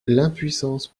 l’impuissance